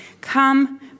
come